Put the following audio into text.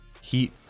Heat